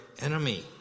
enemy